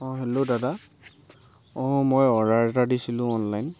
অঁ হেল্ল' দাদা অঁ অৰ্ডাৰ এটা দিছিলো অনলাইন